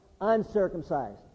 Uncircumcised